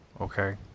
Okay